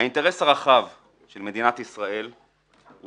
האינטרס הרחב של מדינת ישראל הוא